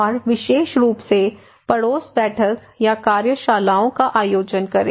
और विशेष रूप से पड़ोस बैठक या कार्यशालाओं का आयोजन करें